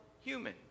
human